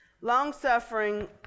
long-suffering